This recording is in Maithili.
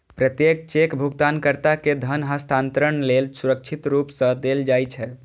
प्रत्येक चेक भुगतानकर्ता कें धन हस्तांतरण लेल सुरक्षित रूप सं देल जाइ छै